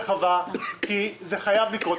כי זה חייב לקרות.